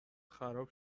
خراب